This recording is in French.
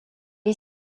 est